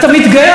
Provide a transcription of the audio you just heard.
אתה מתגאה,